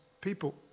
people